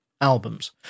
albums